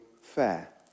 fair